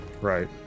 right